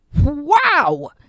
Wow